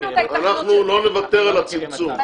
אנחנו לא נוותר על הצמצום,